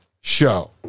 show